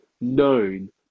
known